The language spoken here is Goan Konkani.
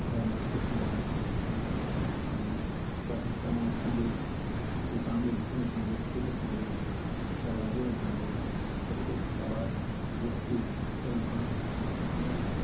आयेणा खातीर सामान आमकां बटाट टमाट कांदे मिरसांगो जित्यो मिरसांगो सुक्यो मिरसांगो शेपडाच्यो मिरसांगो अशे तरेचे साबार वस्तू थंय आमकां मेळटात